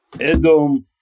Edom